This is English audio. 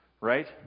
right